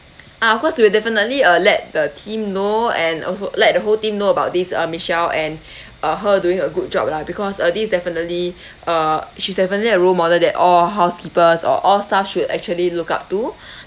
ah of course we will definitely uh let the team know and also let the whole team know about this uh michelle and uh her doing a good job lah because uh this is definitely uh she's definitely a role model that all housekeepers or all staff should actually look up to